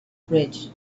bridge